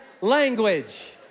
language